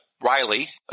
Riley